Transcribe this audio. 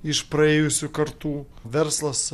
iš praėjusių kartų verslas